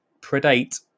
predate